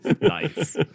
Nice